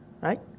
right